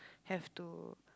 have to